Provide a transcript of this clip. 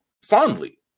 fondly